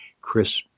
Chris